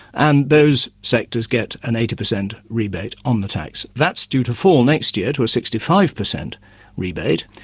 and those sectors get an eighty percent rebate on the tax. that's due to fall next year to a sixty five percent rebate,